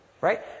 Right